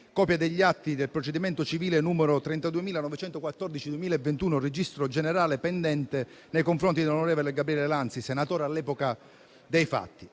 copia degli atti del procedimento civile numero registro generale 32914/2021, pendente nei confronti dell'onorevole Gabriele Lanzi, senatore all'epoca dei fatti,